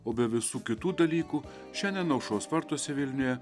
o be visų kitų dalykų šiandien aušros vartuose vilniuje